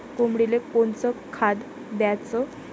कोंबडीले कोनच खाद्य द्याच?